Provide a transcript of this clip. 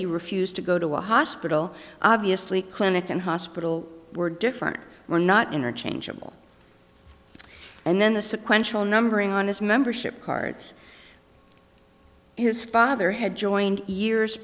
he refused to go to a hospital obviously clinic and hospital were different were not interchangeable and then the sequential numbering on his membership cards his father had joined years